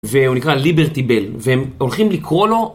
והוא נקרא ליברטיבל, והם הולכים לקרוא לו.